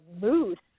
mood